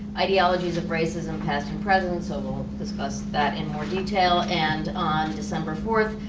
ideologies of racism past and present, so we'll discuss that in more detail, and on december fourth,